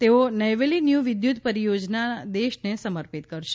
તેઓ નૈવલી ન્યૂ વિદ્યુત પરિયોજના દેશને સમર્પિત કરશે